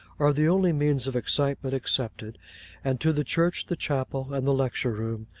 are the only means of excitement excepted and to the church, the chapel, and the lecture-room,